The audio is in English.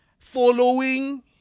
following